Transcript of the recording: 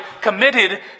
committed